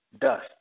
dust